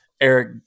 Eric